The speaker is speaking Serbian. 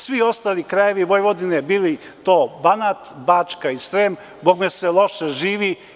Svi ostali krajevi Vojvodine, bili to Banat, Bačka i Srem bogme se loše živi.